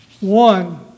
One